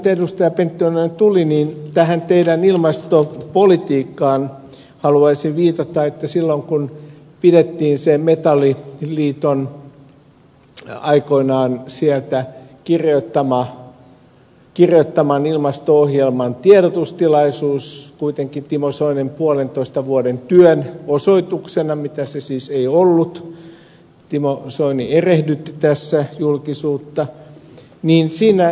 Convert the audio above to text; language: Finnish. pentti oinonen tuli tähän teidän ilmastopolitiikkaanne haluaisin viitata että silloin kun pidettiin se metalliliiton aikoinaan kirjoittaman ilmasto ohjelman tiedotustilaisuus kuitenkin timo soinin puolentoista vuoden työn osoituksena mitä se siis ei ollut timo soini erehdytti tässä julkisuutta siinä ed